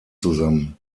zusammen